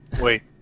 Wait